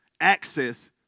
access